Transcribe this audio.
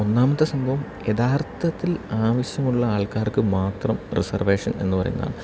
ഒന്നാമത്തെ സംഭവം യഥാർത്ഥത്തിൽ ആവശ്യമുള്ള ആൾക്കാർക്ക് മാത്രം റിസർവേഷൻ എന്ന് പറയുന്നതാണ്